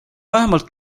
vähemalt